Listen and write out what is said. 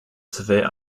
severe